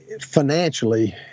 financially